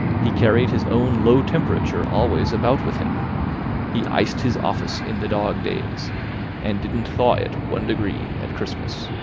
he carried his own low temperature always about with him he iced his office in the dog-days and didn't thaw it one degree at christmas.